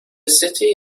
city